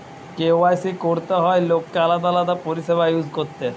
KYC করতে হয় লোককে আলাদা আলাদা পরিষেবা ইউজ করতে